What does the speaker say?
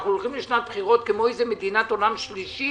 אנחנו הולכים לשנת בחירות כמו מדינת עולם שלישי,